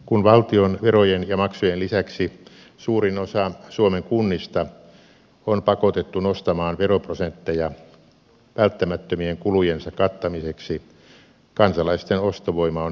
kun valtion verojen ja maksujen lisäksi suurin osa suomen kunnista on pakotettu nostamaan veroprosentteja välttämättömien kulujensa kattamiseksi kansalaisten ostovoima on heikentynyt